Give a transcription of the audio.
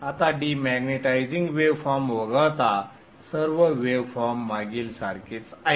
आता demagnetising wave form वगळता सर्व वेव फॉर्म मागील सारखेच आहेत